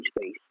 space